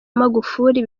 magufuli